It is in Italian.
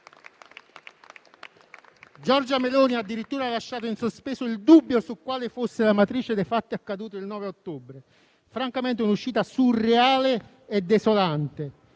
Giorgia Meloni ha addirittura lasciato in sospeso il dubbio su quale fosse la matrice dei fatti accaduti il 9 ottobre scorso. Si tratta francamente di un'uscita surreale e desolante,